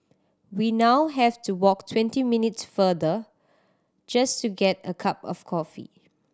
we now have to walk twenty minutes farther just to get a cup of coffee